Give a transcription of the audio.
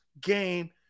game